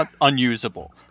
unusable